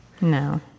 No